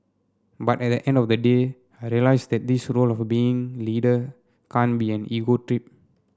but at the end of the day I realised that this role of being leader can't be an ego trip